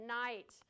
night